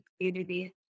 community